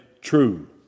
true